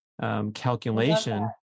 calculation